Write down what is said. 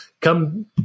come